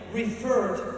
referred